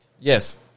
Yes